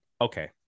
Okay